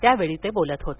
त्यावेळी ते बोलत होते